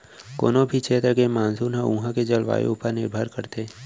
कोनों भी छेत्र के मानसून ह उहॉं के जलवायु ऊपर निरभर करथे